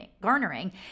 garnering